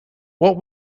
what